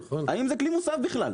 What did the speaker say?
האם זה כלי מוסב בכלל?